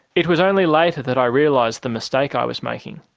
it was only later that i realised the mistake i was making.